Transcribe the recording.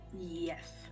Yes